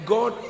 God